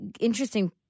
interesting